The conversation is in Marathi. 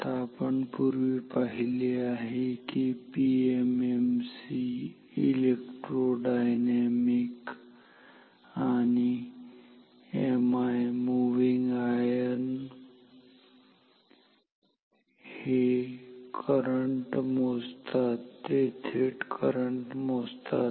आता आपण पूर्वी पीएमएमसी इलेक्ट्रोडायनामिक आणि एमआय - मूव्हिंग आयर्न पाहिले आहेत ते करंट मोजतात ते थेट करंट मोजतात